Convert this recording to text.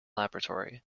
laboratory